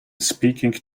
speaking